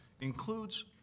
includes